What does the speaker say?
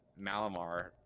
Malamar